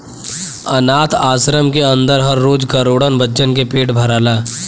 आनाथ आश्रम के अन्दर हर रोज करोड़न बच्चन के पेट भराला